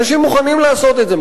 אנשים מוכנים לעשות את זה,